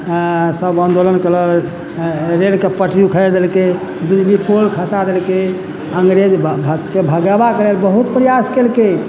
सब आन्दोलन केलक रेलके पटरियौ उखारि देलकै बिजली पोल खसा देलकै अंग्रेज भगेबाक लेल बहुत प्रयास केलकै